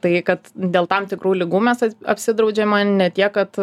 tai kad dėl tam tikrų ligų mes apsidraudžiama ne tiek kad